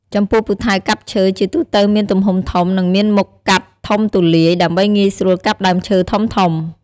ចំពោះពូថៅកាប់ឈើ ជាទូទៅមានទំហំធំ និងមានមុខកាត់ធំទូលាយ ដើម្បីងាយស្រួលកាប់ដើមឈើធំៗ។